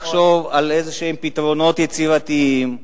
לחשוב על איזשהם פתרונות יצירתיים.